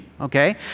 okay